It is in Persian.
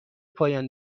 پایان